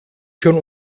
schon